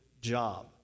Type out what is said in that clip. job